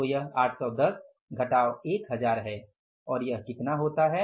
तो यह 810 घटाव 1000 है और यह कितना होता है